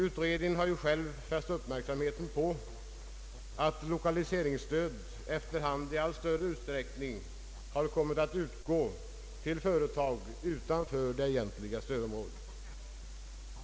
Utredningen har ju själv fäst uppmärksamheten på att lokaliseringsstöd efter hand i allt större utsträckning har kommit att utgå till företag utanför det egentliga stödområdet.